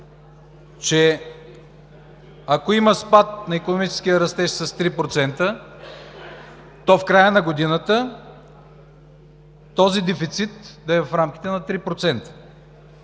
че ако има спад на икономическия растеж с 3%, то в края на годината този дефицит да е в рамките на 3%.